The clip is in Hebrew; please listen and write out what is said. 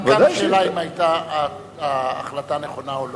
גם כאן השאלה היא אם ההחלטה היתה נכונה או לא.